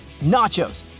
Nachos